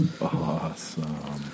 Awesome